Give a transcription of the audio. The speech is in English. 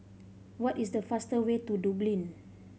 what is the fastest way to Dublin